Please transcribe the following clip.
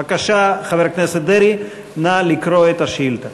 בבקשה, חבר הכנסת דרעי, נא לקרוא את השאילתה.